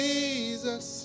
Jesus